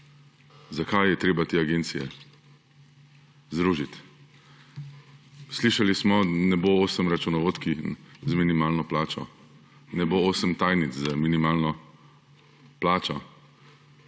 zakaj je treba te agencije združiti. Slišali smo, da ne bo osem računovodkinj z minimalno plačo, ne bo osem tajnic z minimalno plačo,